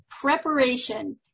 preparation